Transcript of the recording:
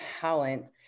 talent